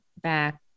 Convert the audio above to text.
back